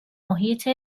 محیط